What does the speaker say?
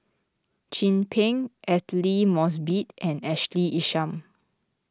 Chin Peng Aidli Mosbit and Ashley Isham